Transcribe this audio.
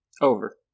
Over